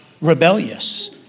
rebellious